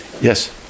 Yes